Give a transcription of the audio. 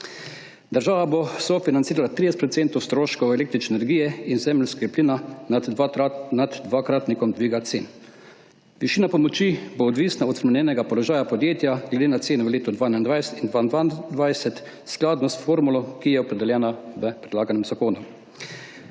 Država bo sofinancirala 30 % stroškov električne energije in zemeljskega plina nad dvakratnikom dviga cen. Višina pomoči bo odvisna od spremenjenega položaja podjetja glede na ceno v letu 2021 in 2022 skladno s formulo, ki je opredeljena v predlaganem zakonu.